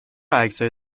عکسهای